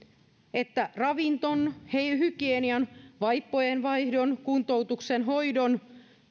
että ravinnon hygienian vaippojen vaihdon kuntoutuksen hoidon